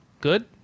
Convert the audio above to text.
Good